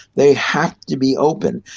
they have to be open.